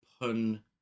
pun